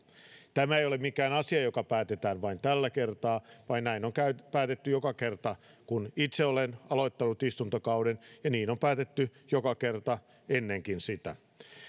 tämä ei ole asia joka päätetään vain tällä kertaa vaan näin on päätetty joka kerta kun itse olen aloittanut istuntokauden ja niin on päätetty joka kerta ennen sitäkin